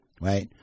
Right